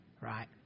right